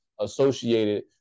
associated